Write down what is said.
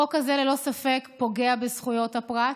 החוק הזה ללא ספק פוגע בזכויות הפרט.